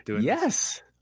Yes